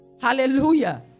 Hallelujah